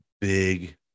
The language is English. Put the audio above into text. big